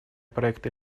проекта